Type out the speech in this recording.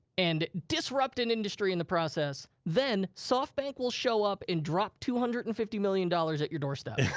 and disrupt an industry in the process, then softbank will show up and drop two hundred and fifty million dollars at your doorstep.